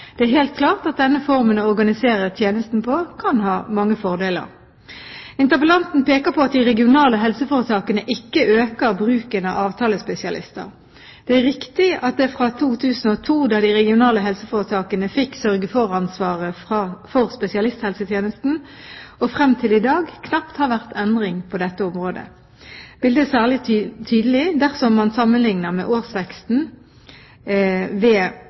Det er helt klart at denne formen å organisere tjenesten på kan ha mange fordeler. Interpellanten peker på at de regionale helseforetakene ikke øker bruken av avtalespesialister. Det er riktig at det fra 2002 – da de regionale helseforetakene fikk sørge for-ansvaret for spesialisthelsetjenesten – og frem til i dag knapt har vært endring på dette området. Bildet er særlig tydelig dersom man sammenligner med årsverksveksten ved